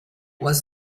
was